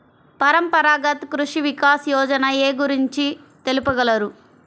పరంపరాగత్ కృషి వికాస్ యోజన ఏ గురించి తెలుపగలరు?